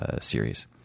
series